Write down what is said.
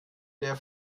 der